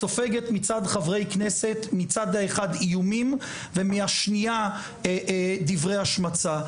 סופגת מצד חברי כנסת מצד אחד איומים ומהשנייה דברי השמצה,